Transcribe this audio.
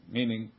Meaning